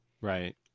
Right